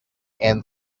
and